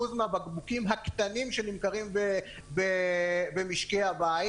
מהבקבוקים הקטנים שנמכרים במשקי הבית,